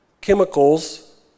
chemicals